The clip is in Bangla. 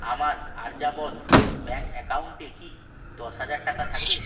আমার আর্যাবর্ত ব্যাঙ্ক অ্যাকাউন্টে কি দশ হাজার টাকা থাকবে